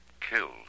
Killed